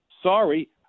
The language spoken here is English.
sorry